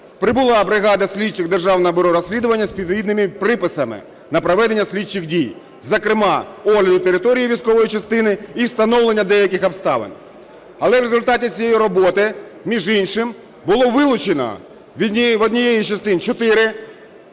прибула бригада слідчих Державного бюро розслідування з відповідними приписами на проведення слідчих дій, зокрема огляду території військової частини і встановлення деяких обставин. Але в результаті цієї роботи між іншим було вилучено в одній із частин чотири